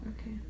Okay